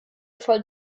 voll